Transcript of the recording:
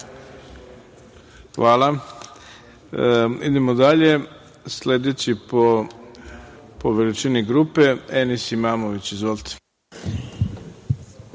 Hvala. Idemo dalje. Sledeći po veličini grupe, Enis Imamović. Izvolite.